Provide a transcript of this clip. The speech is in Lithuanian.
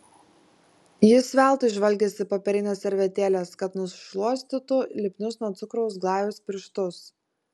jis veltui žvalgėsi popierinės servetėlės kad nusišluostytų lipnius nuo cukraus glajaus pirštus